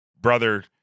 brother